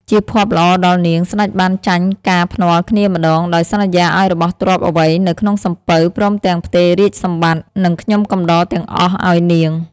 ជាភ័ព្វល្អដល់នាង ស្ដេចបានចាញ់ការភ្នាល់គ្នាម្ដង ដោយសន្យាឲ្យរបស់ទ្រព្យអ្វីនៅក្នុងសំពៅ ព្រមទាំងផ្ទេររាជសម្បត្តិ និងខ្ញុំកំដរទាំងអស់ឲ្យនាង ។